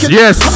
yes